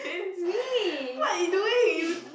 me